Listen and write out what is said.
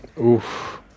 Oof